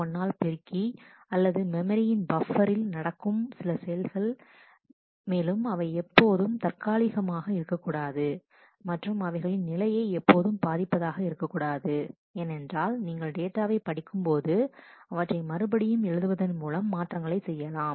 1 ஆல் பெருக்கி அல்லது மெமரியின் பஃப்பரில் நடக்கும் சில செயல்கள் மேலும் அவை எப்போதும் தற்காலிகமாக இருக்கக்கூடாது மற்றும் அவைகளின் நிலையை எப்போதும் பாதிப்பதாக இருக்கக் கூடாது ஏனென்றால் நீங்கள் டேட்டாவை படிக்கும்போது அவற்றை மறுபடியும் எழுதுவதன் மூலம் மாற்றங்களை செய்யலாம்